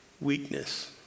weakness